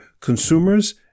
consumers